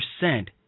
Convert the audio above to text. percent